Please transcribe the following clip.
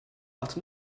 but